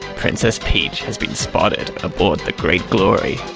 princess peach has been spotted aboard the great glory.